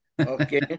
Okay